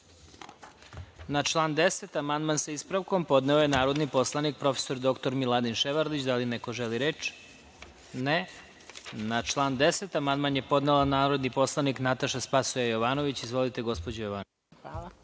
član 10. amandman sa ispravkom podneo je narodni poslanik prof. dr Miladin Ševarlić. Da li neko želi reč? (Ne)Na član 10. amandman je podnela narodni poslanik Nataša Sp. Jovanović. Izvolite, gospođo Jovanović. **Nataša